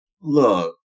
look